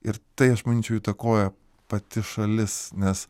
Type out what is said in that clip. ir tai aš manyčiau įtakoja pati šalis nes